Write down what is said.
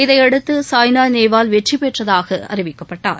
இதையடுத்து சாய்னா நேவால் வெற்றி பெற்றதாக அறிவிக்கப்பட்டார்